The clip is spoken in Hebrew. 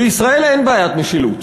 בישראל אין בעיית משילות,